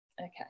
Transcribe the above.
Okay